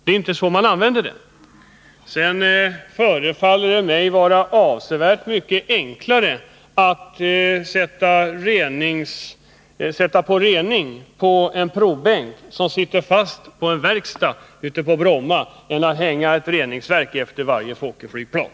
Det är inte så man använder provbänken. Sedan förefaller det mig bara avsevärt mycket enklare att sätta ett reningsverk på en provbänk som sitter fast i en verkstad ute på Bromma än att hänga ett reningsverk efter varje Fokkerflygplan.